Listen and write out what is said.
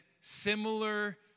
similar